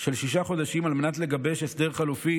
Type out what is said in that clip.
של שישה חודשים על מנת לגבש הסדר חלופי